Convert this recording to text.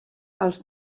els